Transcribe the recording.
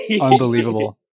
Unbelievable